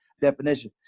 definition